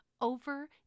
over